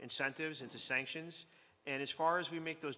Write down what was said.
incentives in the sanctions and as far as we make those